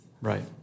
right